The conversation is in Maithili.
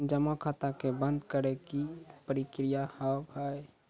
जमा खाता के बंद करे के की प्रक्रिया हाव हाय?